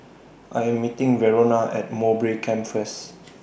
I Am meeting Verona At Mowbray Camp First